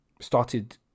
started